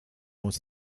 muss